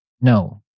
no